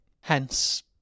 Hence